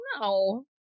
No